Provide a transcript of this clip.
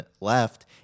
left